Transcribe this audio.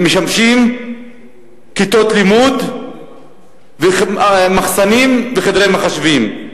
הם משמשים ככיתות לימוד ומחסנים וחדרי מחשבים.